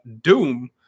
Doom